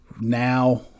Now